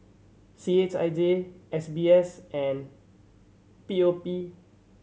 C H I J S B S and P O P